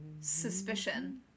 suspicion